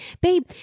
babe